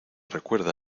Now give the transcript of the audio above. recuerda